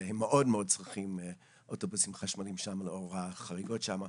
והם מאוד צריכים אוטובוסים חשמליים לאור החריגות שם,